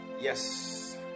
yes